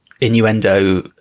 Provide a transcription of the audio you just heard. innuendo